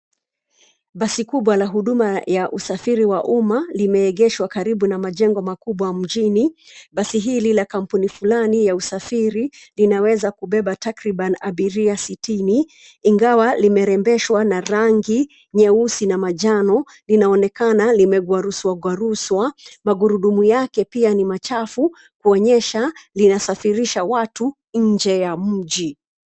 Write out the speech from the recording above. Basi kubwa la huduma ya usafiri wa umma, limeegeshwa karibu na majengo makubwa ya mjini, basi hili la kampuni fulani ya usafiri linaweza kubeba takriban abiria sitini ingawa limerembeshwa na rangi nyeusi na manjano, linaonekana limegwaruswa gwaruswa, magurudumu yake pia ni machafu kuonyesha linasafirisha watu nje ya mji.